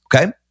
okay